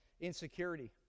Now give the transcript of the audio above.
insecurity